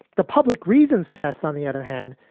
the public reasons test, on the other hand,